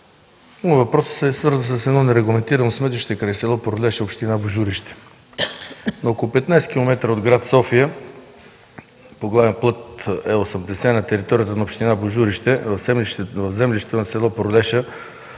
Моят въпрос е свързан с едно нерегламентирано сметище край село Пролеша, община Божурище. На около 15 км от град София по главен път Е-80 на територията на община Божурище, в землището на село Пролеша